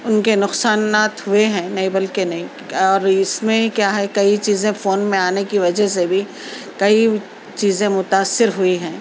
ان کے نقصانات ہوئے ہیں نئی بول کے نئی اور اس میں کیا ہے کئی چیزیں فون میں آنے کی وجہ سے بھی کئی چیزیں متاثر ہوئی ہیں